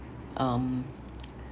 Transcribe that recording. um